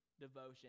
devotion